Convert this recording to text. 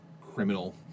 criminal